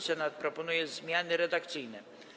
Senat proponuje zmiany redakcyjne.